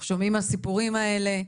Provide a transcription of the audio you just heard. אנחנו שומעים על הסיפורים האלה.